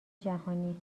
جهانی